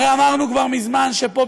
הרי אמרנו כבר מזמן שפה,